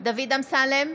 דוד אמסלם,